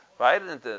Right